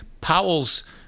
powell's